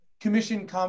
commission